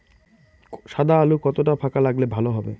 সাদা আলু কতটা ফাকা লাগলে ভালো হবে?